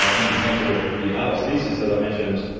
ah in example of the allostasis that i mentioned,